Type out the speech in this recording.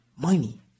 money